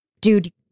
dude